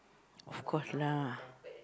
of course lah